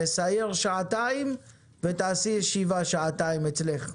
נסייר שעתיים ותעשי ישיבה שעתיים אצלך,